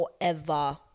forever